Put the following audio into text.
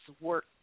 work